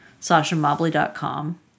sashamobley.com